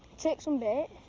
take some bait.